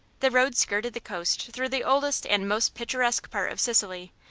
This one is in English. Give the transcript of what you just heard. the road skirted the coast through the oldest and most picturesque part of sicily,